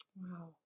Wow